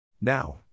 Now